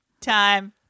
Time